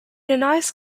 denies